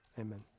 amen